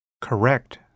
correct